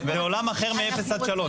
זה עולם אחר מאפס עד שלוש.